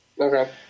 Okay